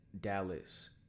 Dallas